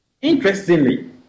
Interestingly